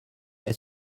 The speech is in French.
est